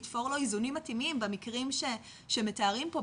לתפור לו איזונים מתאימים במקרים שמתארים פה,